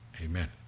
Amen